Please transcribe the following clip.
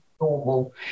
normal